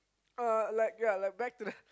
uh like ya like back to the